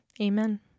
Amen